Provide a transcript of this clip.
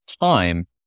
time